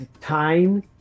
time